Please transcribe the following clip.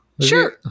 sure